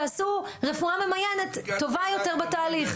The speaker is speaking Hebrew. תעשו רפואה ממיינת טובה יותר בתהליך.